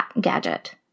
Gadget